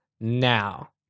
now